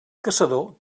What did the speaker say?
caçador